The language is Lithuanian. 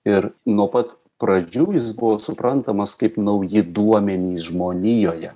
ir nuo pat pradžių jis buvo suprantamas kaip nauji duomenys žmonijoje